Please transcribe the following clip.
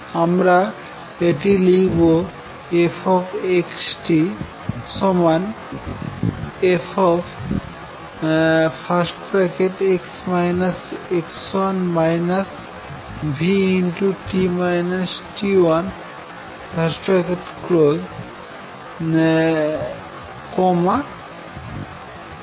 আমরা এটি লিখব fxt f v t 1